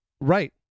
Right